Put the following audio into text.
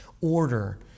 order